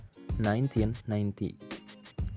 1990